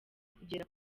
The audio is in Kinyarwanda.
kugera